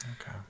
Okay